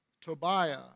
Tobiah